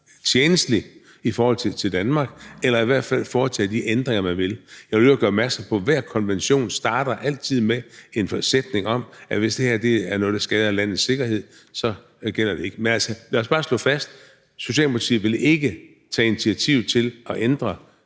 tjenstlige for Danmark, eller i hvert fald foretage de ændringer, vi vil. Jeg vil i øvrigt gøre opmærksom på, at hver konvention altid starter med en sætning om, at hvis det her er noget, der skader landets sikkerhed, så gælder det ikke. Men lad os bare slå fast: Socialdemokratiet vil ikke tage initiativ til at ændre